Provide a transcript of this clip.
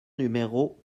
numéro